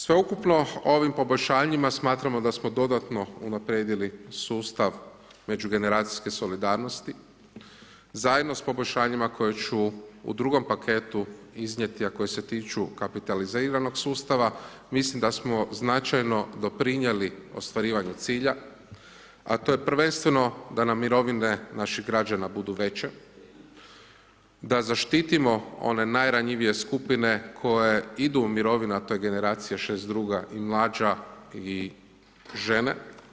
Sveukupno ovim poboljšanjima smatramo da smo dodatno unaprijedili sustav međugeneracijske solidarnosti, zajedno s poboljšanjima koje ću u drugom paketu iznijeti, a koji se tiču kapitaliziranog sustava mislim da smo značajno doprinijeli ostvarivanju cilja, a to je prvenstveno da nam mirovine naših građana budu veće da zaštitimo one najranjivije skupine koje idu u mirovinu a to je generacija 62. i mlađa i žene.